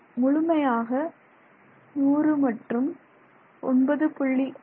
முழுமையாக 100 மற்றும் 9